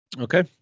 Okay